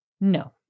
No